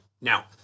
Now-